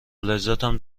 لذتم